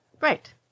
Right